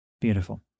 Beautiful